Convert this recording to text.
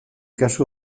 kasu